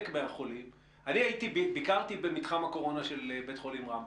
מהחולים - ביקרתי במתחם הקורונה של בית חולים רמב"ם.